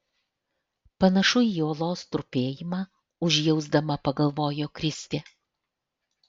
panašu į uolos trupėjimą užjausdama pagalvojo kristė